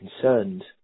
concerned